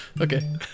Okay